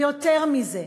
ויותר מזה,